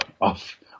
off